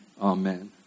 Amen